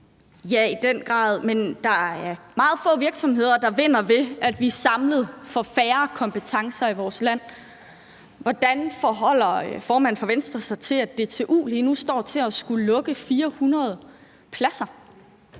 Ja, i den grad. Men der er meget få virksomheder, der vinder, ved at vi samlet får færre kompetencer i vores land. Hvordan forholder formanden for Venstre sig til, at DTU lige nu står til at skulle lukke 400 pladser